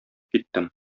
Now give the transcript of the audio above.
киттем